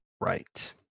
right